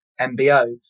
MBO